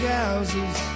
houses